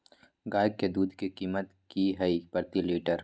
गाय के दूध के कीमत की हई प्रति लिटर?